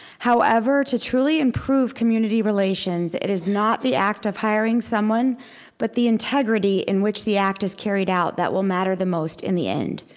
however, to truly improve community relations, it is not the act of hiring someone but the integrity in which the act is carried out that will matter the most in the end.